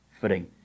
footing